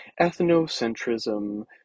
ethnocentrism